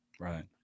right